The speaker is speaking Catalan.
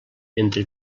entre